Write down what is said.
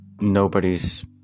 nobody's